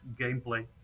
gameplay